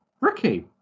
Ricky